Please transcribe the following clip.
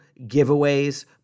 giveaways